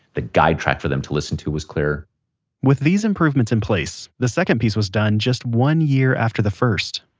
the guide track for them to listen to was clearer with these improvements in place, the second piece was finished just one year after the first